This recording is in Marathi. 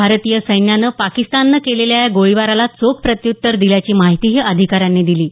भारतीय सैन्यानं पाकिस्ताननं केलेल्या या गोळीबाराला चोख प्रत्युत्तर दिल्याची माहितीही अधिकाऱ्यांनी दिली आहे